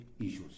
issues